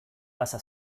pasa